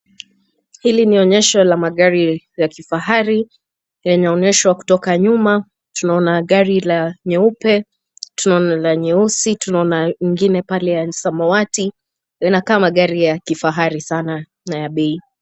Hili ni onyesho la magari ya kifahari yena onyeshwa kutoka nyuma. Tunaona gari la nyeupe, tunaona la nyeusi, tunaona ingine pale ya samawati. inakaa gari ya kifahari sana na ya bei.